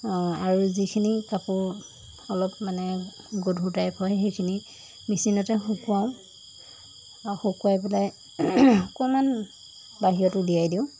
আৰু যিখিনি কাপোৰ অলপ মানে গধুৰ টাইপ হয় সেইখিনি মিচিনতে শুকুৱাওঁ শুকুৱাই পেলাই অকণমান বাহিৰতো দিয়াই দিওঁ